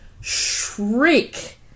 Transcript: shriek